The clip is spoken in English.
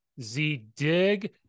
Z-dig